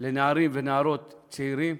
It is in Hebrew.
לנערים ונערות צעירים,